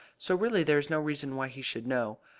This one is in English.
so really there is no reason why he should know.